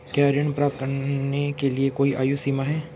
क्या ऋण प्राप्त करने के लिए कोई आयु सीमा है?